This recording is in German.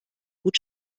gut